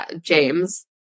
james